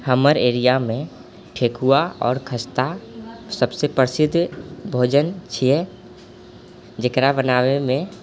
हमर एरिआमे ठेकुआ आओर खस्ता सबसँ प्रसिद्ध भोजन छिऐ जेकरा बनाबएमे